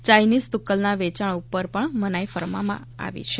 યાઇનિઝ તુક્કલના વેચાણ ઉપર પણ મનાઈ ફરમાવવામાં આવી છે